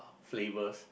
flavours